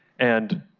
and,